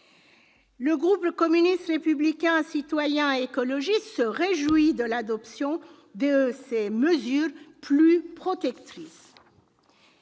Le groupe communiste républicain citoyen et écologiste se réjouit de l'adoption de ces mesures plus protectrices.